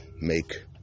make